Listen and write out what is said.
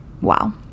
Wow